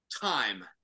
time